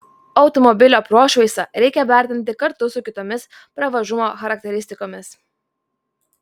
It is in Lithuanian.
automobilio prošvaisą reikia vertinti kartu su kitomis pravažumo charakteristikomis